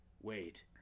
wait